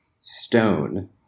stone